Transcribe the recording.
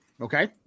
Okay